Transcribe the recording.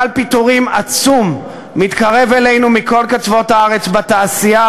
גל פיטורים עצום מתקרב אלינו מכל קצוות הארץ בתעשייה,